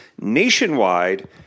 nationwide